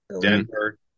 Denver